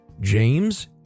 James